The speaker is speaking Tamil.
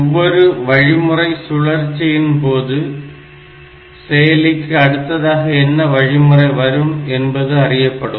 ஒவ்வொரு வழிமுறை சுழற்சியின் போது செயலிக்கு அடுத்ததாக என்ன வழிமுறை வரும் என்பது அறியப்படும்